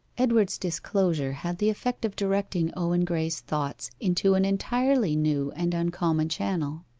edward's disclosure had the effect of directing owen graye's thoughts into an entirely new and uncommon channel.